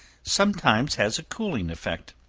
sometimes has a cooling effect,